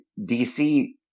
DC